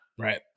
Right